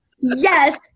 Yes